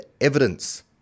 Evidence